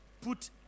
Put